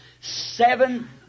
seven